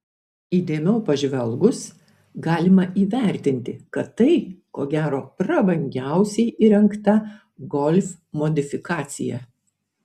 įdėmiau pažvelgus galima įvertinti kad tai ko gero prabangiausiai įrengta golf modifikacija